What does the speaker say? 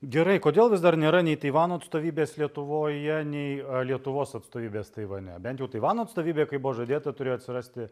gerai kodėl vis dar nėra nei taivano atstovybės lietuvoje nei lietuvos atstovybės taivane bent jau taivano atstovybė kaip buvo žadėta turėjo atsirasti